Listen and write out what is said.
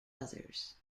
others